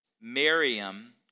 Miriam